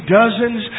dozens